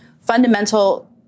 fundamental